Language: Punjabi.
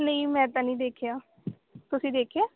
ਨਹੀਂ ਮੈਂ ਤਾਂ ਨਹੀਂ ਦੇਖਿਆ ਤੁਸੀਂ ਦੇਖਿਆ